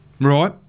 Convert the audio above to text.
Right